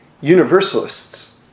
universalists